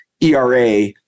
ERA